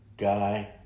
Guy